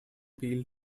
peel